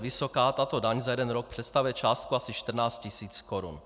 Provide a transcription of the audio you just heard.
Vysoká tato daň za jeden rok představuje částku asi 14 tisíc korun.